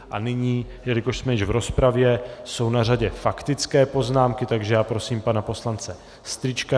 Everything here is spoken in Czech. A nyní, jelikož jsme již v rozpravě, jsou na řadě faktické poznámky, takže já prosím pana poslance Strýčka.